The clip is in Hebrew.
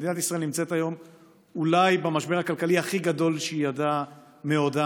מדינת ישראל נמצאת היום אולי במשבר הכלכלי הכי גדול שהיא ידעה מעודה.